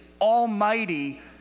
almighty